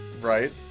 Right